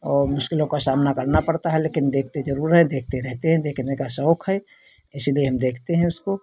और मुश्किलों का सामना करना पड़ता है लेकिन देखते ज़रूर हैं देखते रहते हैं देखने का शौक है इसीलिए हम देखते हैं उसको